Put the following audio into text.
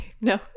no